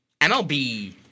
MLB